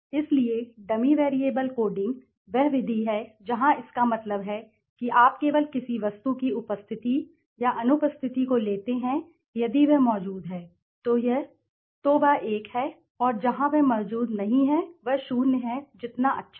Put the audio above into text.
इसलिए dummy variable coding वह विधि है जहां इसका मतलब है कि आप केवल किसी वस्तु की उपस्थिति या अनुपस्थिति को लेते हैं यदि वह मौजूद है तो वह1 है और जहां वह मौजूद नहीं है वह 0 है जितना अच्छा है